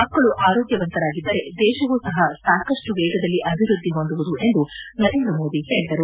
ಮಕ್ಕಳು ಆರೋಗ್ಯವಂತರಾಗಿದ್ದರೆ ದೇಶವು ಸಹ ಸಾಕಷ್ಟು ವೇಗದಲ್ಲಿ ಅಭಿವೃದ್ದಿ ಹೊಂದುವುದು ಎಂದು ನರೇಂದ್ರ ಮೋದಿ ಹೇಳಿದರು